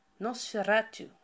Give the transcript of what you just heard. Nosferatu